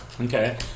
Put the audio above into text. Okay